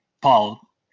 Paul